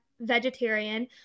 vegetarian